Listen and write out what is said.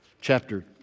chapter